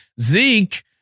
Zeke